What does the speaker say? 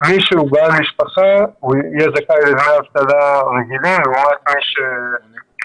מי שהוא בעל משפחה יהיה זכאי לדמי אבטלה רגילים לעומת מי שלא,